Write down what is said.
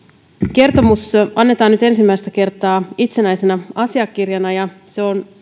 kertomus annetaan nyt ensimmäistä kertaa itsenäisenä asiakirjana ja se on